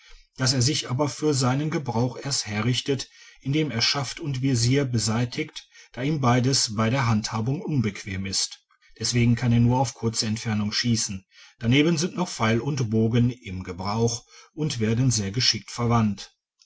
das er sich aber für seinen gebrauch erst herrichtet indem er schaft und visier beseitigt da ihm beides bei der handhabung unbequem ist deswegen kann er nur auf kurze entfernungen schiessen daneben sind noch pfeil und bogen im gebrauch und werden sehr geschickt verwandt